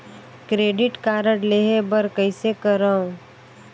Credit card लेहे बर कइसे करव?